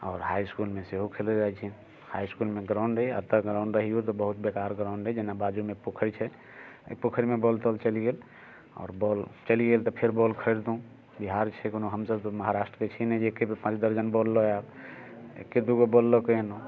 आओर हाइ इसकुलमे सेहो खेलऽ जाइ छी हाइ इसकुलमे ग्राउंड अय एतौ ग्राउंड रहियौ कऽ बहुत बेकार ग्राउंड अइ जेना बाजूमे पोखैर छै अइ पोखैरमे बॉल ताउल चलि गेल आओर बॉल चलि गेल तऽ फेर बॉल खरीदलहुँ बिहार छै कोनो हमसब तऽ कोनो महाराष्ट्रके छी नहि की एके बेर पाँच दर्जन बॉल लऽ आयब एके दू गो बॉल लऽ कऽ एलहुँ